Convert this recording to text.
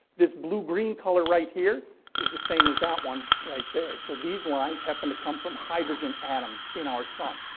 this blue-green color right here is the same as that one right there. so these lines happen to come from hydrogen atoms in our sun.